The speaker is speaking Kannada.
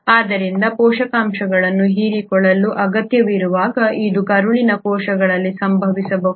ಆದ್ದರಿಂದ ಪೋಷಕಾಂಶಗಳನ್ನು ಹೀರಿಕೊಳ್ಳಲು ಅಗತ್ಯವಿರುವಾಗ ಇದು ಕರುಳಿನ ಕೋಶಗಳಲ್ಲಿ ಸಂಭವಿಸಬಹುದು